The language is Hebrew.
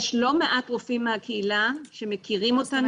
יש לא מעט רופאים מהקהילה שמכירים אותנו כבר.